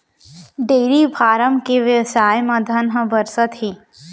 dairy farm के बेवसाय म धन ह बरसत हे